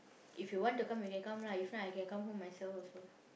if you want to come you can come lah if not I can come home myself also